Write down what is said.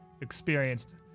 experienced